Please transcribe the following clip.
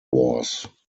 wars